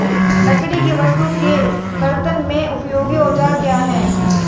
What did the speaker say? लकड़ी की वस्तु के कर्तन में उपयोगी औजार क्या हैं?